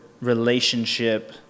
relationship